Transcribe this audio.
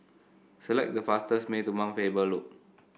select the fastest way to Mount Faber Loop